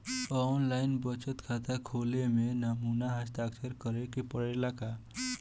आन line बचत खाता खोले में नमूना हस्ताक्षर करेके पड़ेला का?